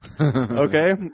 Okay